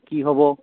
কি হ'ব